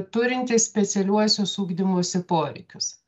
turintys specialiuosius ugdymosi poreikius